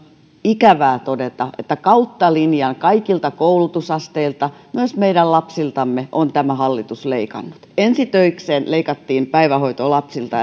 ikävää todeta että kautta linjan kaikilta koulutusasteilta myös meidän lapsiltamme on tämä hallitus leikannut ensi töikseen leikattiin päivähoito lapsilta